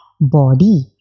body